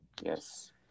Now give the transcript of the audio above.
Yes